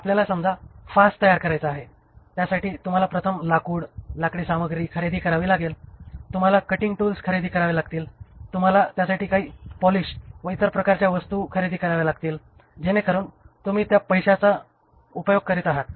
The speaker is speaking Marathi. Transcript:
आपल्याला समजा फास तयार करायचा आहे त्यासाठी तुम्हाला प्रथम लाकूड लाकडी सामग्री खरेदी करावी लागेल तुम्हाला कटिंग टूल्स खरेदी करावी लागतील तुम्हाला त्यासाठी काही पॉलिश व इतर प्रकारच्या वस्तू खरेदी कराव्या लागतील जेणेकरुन तुम्ही त्या पैशाची उपयोग करत आहात